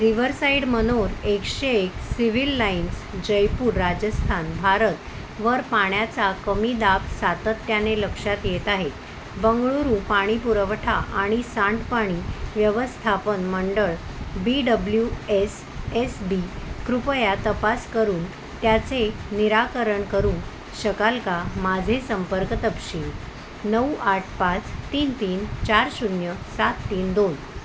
river side manor एकशे एक civil lines Jaipur Rajasthan भारतवर पाण्याचा कमीदाब सातत्याने लक्षात येत आहे बंगळूरू पाणी पुरवठा आणि सांडपाणी व्यवस्थापन मंडळ B W S S B कृपया तपास करून त्याचे निराकरण करू शकाल का माझे संपर्क तपशील नऊ आठ पाच तीन तीन चार शून्य सात तीन दोन